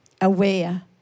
aware